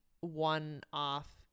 one-off